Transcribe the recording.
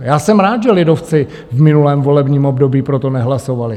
Já jsem rád, že lidovci v minulém volebním období pro to nehlasovali.